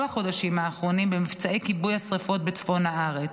החודשים האחרונים במבצעי כיבוי השרפות בצפון הארץ.